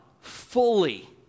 fully